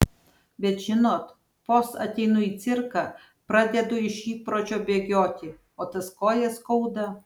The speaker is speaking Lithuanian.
bet žinot vos ateinu į cirką pradedu iš įpročio bėgioti o tas kojas skauda